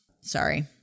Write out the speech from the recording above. Sorry